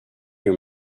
your